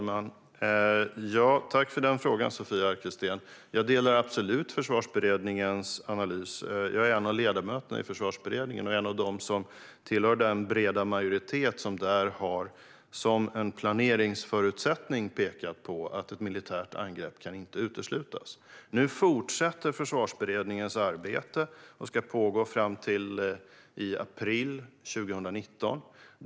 Fru talman! Tack för frågan, Sofia Arkelsten! Jag delar absolut Försvarsberedningens analys. Jag är en av ledamöterna i Försvarsberedningen, och jag hör till den breda majoritet där som när det gäller en planeringsförutsättning har pekat på att ett militärt angrepp inte kan uteslutas. Nu fortsätter Försvarsberedningens arbete, och det ska pågå fram till i april 2019.